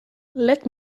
let